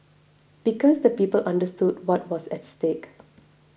because the people understood what was at stake